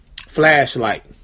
Flashlight